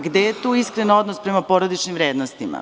Gde je tu iskren odnos prema porodičnim vrednostima?